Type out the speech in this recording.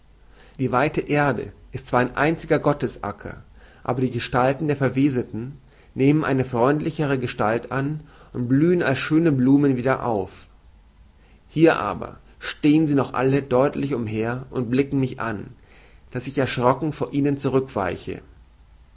die weite erde ist zwar ein einziger gottesacker aber die gestalten der verweseten nehmen eine freundlichere gestalt an und blühen als schöne blumen wieder auf hier aber stehen sie noch alle deutlich umher und blicken mich an daß ich erschrocken vor ihnen